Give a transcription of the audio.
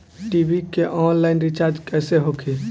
TV के online recharge कैसे होखी?